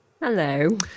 Hello